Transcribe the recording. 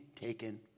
taken